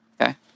okay